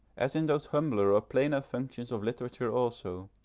as in those humbler or plainer functions of literature also,